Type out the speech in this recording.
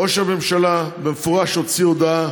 ראש הממשלה במפורש הוציא הודעה